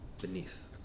beneath